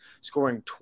scoring